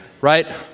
right